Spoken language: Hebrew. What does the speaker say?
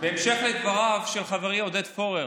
בהמשך לדבריו של חברי עודד פורר,